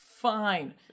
Fine